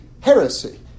heresy